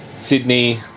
Sydney